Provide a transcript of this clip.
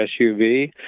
SUV